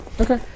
Okay